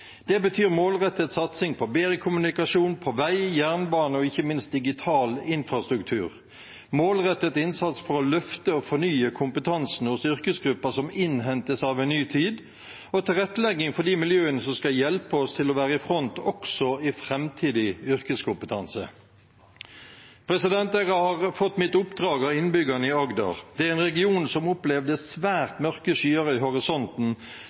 Det betyr målrettet satsing på bedre kommunikasjon, på vei, jernbane og ikke minst digital infrastruktur, målrettet innsats for å løfte og fornye kompetansen hos yrkesgrupper som innhentes av en ny tid, og tilrettelegging for de miljøene som skal hjelpe oss til å være i front også i framtidig yrkeskompetanse. Jeg har fått mitt oppdrag av innbyggerne i Agder. Det er en region som opplevde svært mørke skyer i horisonten